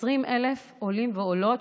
20,000 עולים ועולות,